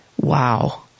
Wow